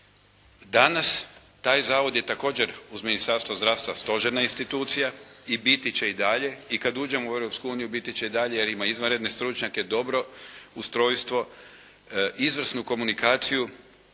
Danas taj zavod je također uz Ministarstvo zdravstva stožerna institucija i biti će i dalje i kada uđemo u Europsku uniju biti će i dalje jer ima izvanredne stručnjake, dobro ustrojstvo, izvrsnu komunikaciju